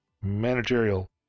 managerial